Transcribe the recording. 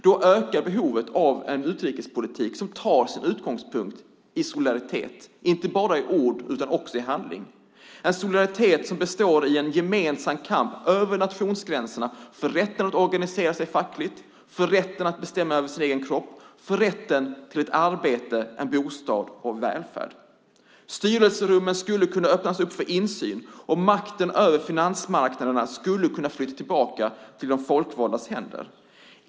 Då ökar behovet av en utrikespolitik som verkligen tar sin utgångspunkt i solidariteten inte bara i ord utan också i handling. Det är en solidaritet som består i en gemensam kamp över nationsgränserna för rätten att organisera sig fackligt, rätten att bestämma över sin egen kropp och rätten till arbete, bostad och välfärd. Styrelserummen skulle kunna öppnas upp för insyn och makten över finansmarknaderna skulle kunna flytta tillbaka till de folkvaldas händer.